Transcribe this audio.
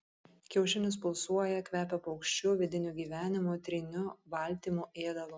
kiaušinis pulsuoja kvepia paukščiu vidiniu gyvenimu tryniu baltymu ėdalu